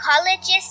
psychologist